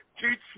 teach